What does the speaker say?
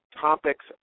topics